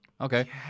Okay